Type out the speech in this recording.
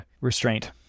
restraint